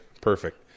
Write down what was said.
perfect